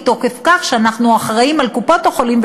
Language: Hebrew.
מתוקף כך שאנחנו אחראים לקופות-החולים,